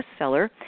bestseller